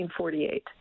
1948